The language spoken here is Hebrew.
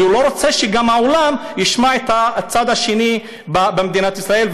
והוא גם לא רוצה שהעולם ישמע את הצד השני במדינת ישראל,